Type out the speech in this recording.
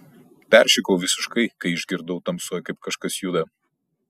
peršikau visiškai kai išgirdau tamsoj kaip kažkas juda